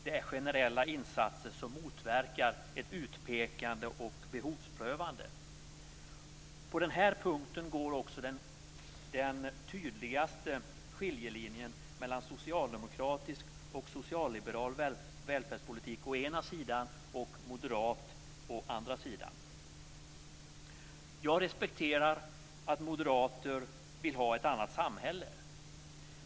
Det är generella insatser som motverkar ett utpekande och behovsprövande. På den här punkten går också den tydligaste skiljelinjen mellan socialdemokratisk och socialliberal välfärdspolitik å ena sidan och moderat å andra sidan. Jag respekterar att moderater vill ha ett annat samhälle.